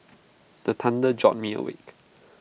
the thunder jolt me awake